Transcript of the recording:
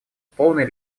полной